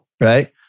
Right